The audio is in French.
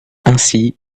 ainsi